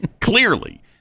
Clearly